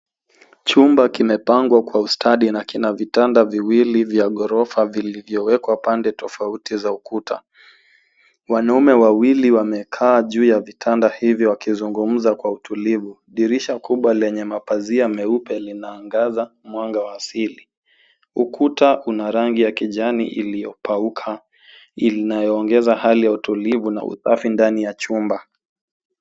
Chumba kimepangwa kwa ustadi na kina vitanda viwili vya ghorofa vilivyowekwa pande tofauti za ukuta. Wanaume wawili wamekaa juu ya vitanda hivi wakizungumza kwa utulivu. Dirisha kubwa lenye mapazia meupe linaangaza mwanga wa asili. Ukuta una rangi ya kijani iliyopauka inayoongeza hali ya utulivu na usafi ndani ya chumba.